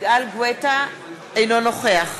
אינו נוכח